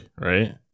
right